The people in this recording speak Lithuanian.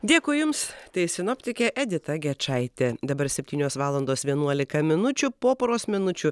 dėkui jums tai sinoptikė edita gečaitė dabar septynios valandos vienuolika minučių po poros minučių